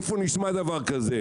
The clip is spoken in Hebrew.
איפה נשמע דבר כזה?